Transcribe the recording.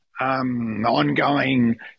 ongoing